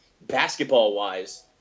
basketball-wise